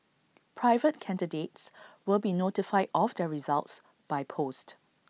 private candidates will be notified of their results by post